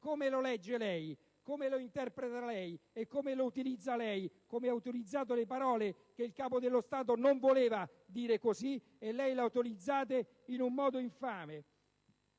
come lo legge lei, come lo interpreta lei e come lo utilizza lei, come ha utilizzato le parole che il Capo dello Stato non voleva dire in tali termini, e lei le ha utilizzate in un modo che